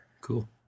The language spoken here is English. cool